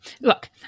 Look